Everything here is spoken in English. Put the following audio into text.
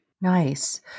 Nice